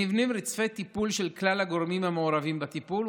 נבנים רצפי טיפול של כלל הגורמים המעורבים בטיפול,